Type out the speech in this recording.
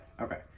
Okay